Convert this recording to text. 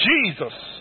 Jesus